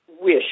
wish